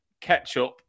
Ketchup